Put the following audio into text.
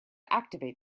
activate